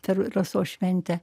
per rasos šventę